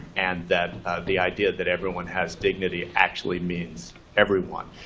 and that the idea that everyone has dignity actually means everyone.